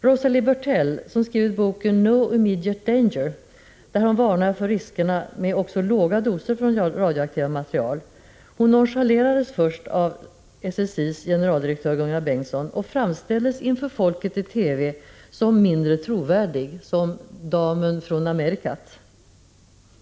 Rosalie Bertell, som skrivit boken ”No Immediate Danger”, där hon varnar för riskerna med också låga doser från radioaktiva material, nonchalerades först av SSI:s generaldirektör Gunnar Bengtsson och framställdes i TV inför folket som mindre trovärdig, som ”damen från Amerkat”.